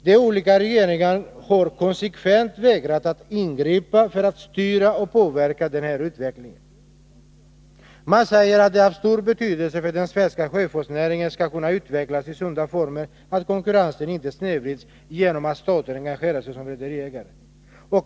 De olika regeringarna har konsekvent vägrat att ingripa för att styra och påverka denna utveckling. Man säger att det är av stor betydelse för att den svenska sjöfartsnäringen skall kunna utvecklas i sunda former att konkurrensen inte snedvrids genom att staten engagerar sig som rederiägare.